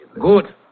Good